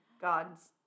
God's